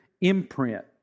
imprint